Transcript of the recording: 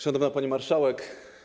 Szanowna Pani Marszałek!